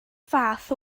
fath